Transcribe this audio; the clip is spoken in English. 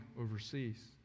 overseas